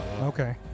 Okay